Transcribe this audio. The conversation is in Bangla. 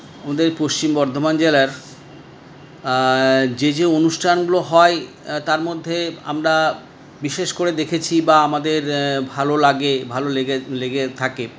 আমাদের পশ্চিম বর্ধমান জেলার যে যে অনুষ্ঠানগুলো হয় তার মধ্যে আমরা বিশেষ করে দেখেছি বা আমাদের ভালো লাগে ভালো লেগে লেগে থাকে